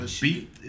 beat